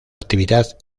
actividad